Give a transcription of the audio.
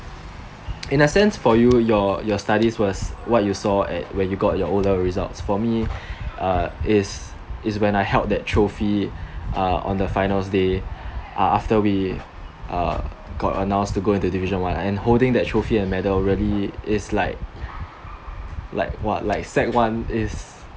in the sense for you your your studies was what you saw at when you got your O level results for me uh is is when I held that trophy uh on the finals day uh after we uh got announced to go into division one and holding that trophy and medal really is like like !wah! like sec one is